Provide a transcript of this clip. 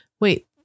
Wait